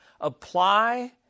Apply